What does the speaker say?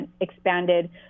expanded